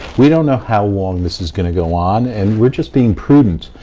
we don't know how long this is gonna go on and we're just being prudent.